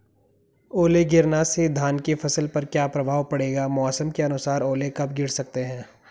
ओले गिरना से धान की फसल पर क्या प्रभाव पड़ेगा मौसम के अनुसार ओले कब गिर सकते हैं?